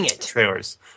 trailers